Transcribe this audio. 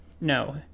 No